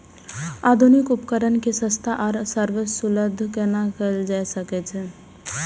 आधुनिक उपकण के सस्ता आर सर्वसुलभ केना कैयल जाए सकेछ?